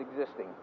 existing